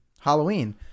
Halloween